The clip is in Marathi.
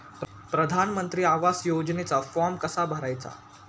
प्रधानमंत्री आवास योजनेचा फॉर्म कसा भरायचा?